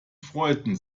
freuten